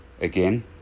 Again